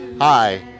hi